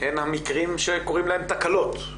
הם המקרים שקורים להם תקלות.